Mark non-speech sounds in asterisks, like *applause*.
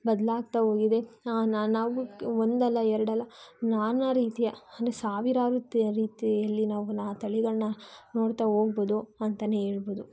ಬದಲಾಗ್ತಾ ಹೋಗಿದೆ ನಾವು ಒಂದಲ್ಲ ಎರಡಲ್ಲ ನಾನಾ ರೀತಿಯ ಅಂದರೆ ಸಾವಿರಾರು *unintelligible* ರೀತಿಯಲ್ಲಿ ನಾವು ನಾ ತಳಿಗಳನ್ನ ನೋಡ್ತಾ ಹೋಗಬಹುದು ಅಂತಲೇ ಹೇಳಬಹುದು